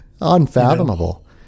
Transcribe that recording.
Unfathomable